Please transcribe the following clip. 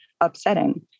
upsetting